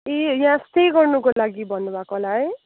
ए यहाँ स्टे गर्नुको लागि भन्नुभएको होला है